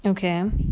okay